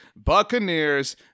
Buccaneers